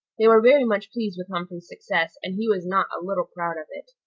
they were very much pleased with humphrey's success, and he was not a little proud of it.